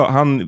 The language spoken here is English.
han